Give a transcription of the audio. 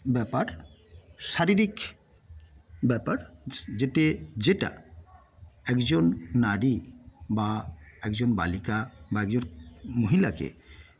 ব্যাপার শারীরিক ব্যাপার যেটা একজন নারী বা একজন বালিকা বা একজন মহিলাকে